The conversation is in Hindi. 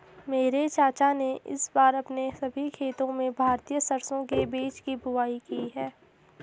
मेरे चाचा ने इस बार अपने सभी खेतों में भारतीय सरसों के बीज की बुवाई की है